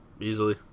Easily